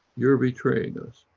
you're betraying us,